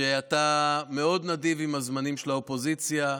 שאתה מאוד נדיב עם הזמנים של האופוזיציה,